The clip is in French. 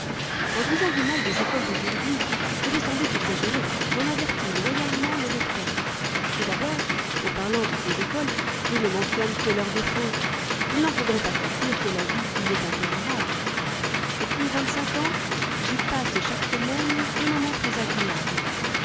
en disant du mal des écoles d'aujourd'hui je vais sans doute exagérer j'en avertis loyalement le lecteur et d'abord en parlant de ces écoles je ne mentionne que leurs défauts il n'en faudrait pas conclure que la vie y est intolérable depuis vingtcinq ans j'y passe chaque semaine des moments très agréables